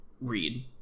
read